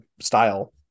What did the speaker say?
style